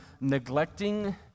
neglecting